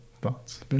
thoughts